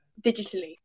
digitally